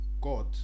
God